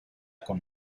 con